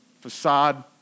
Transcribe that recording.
facade